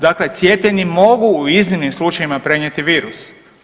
Dakle, cijepljeni mogu u iznimnim slučajevima prenijeti virus.